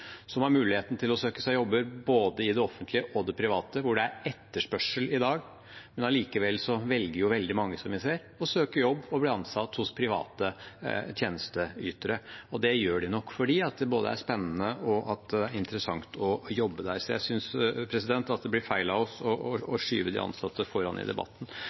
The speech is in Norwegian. har muligheten til å søke seg jobber både i det offentlige og i det private, hvor det er etterspørsel i dag, men allikevel velger veldig mange, som vi ser, å søke jobb og bli ansatt hos private tjenesteytere. Det gjør de nok fordi det er både spennende og interessant å jobbe der. Jeg synes det blir feil av oss å skyve de ansatte foran seg i debatten.